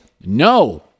No